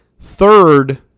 Third